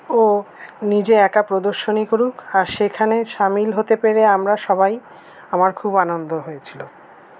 ও নিজে একা প্রদর্শনী করুক আর সেখানে সামিল হতে পেরে আমরা সবাই আমার খুব আনন্দ হয়েছিল